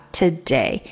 today